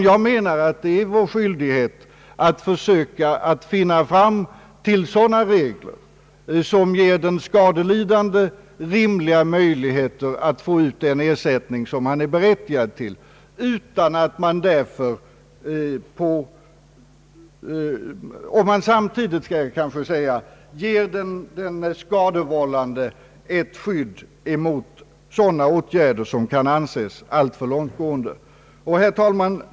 Jag menar att det är vår skyldighet att försöka komma fram till sådana regler som ger den skadelidande rimliga möjligheter att få ut den ersättning som han är berättigad till, om man samtidigt ger den skadevållande ett skydd mot sådana åtgärder som kan anses alltför långtgående. Herr talman!